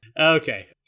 Okay